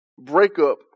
breakup